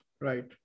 Right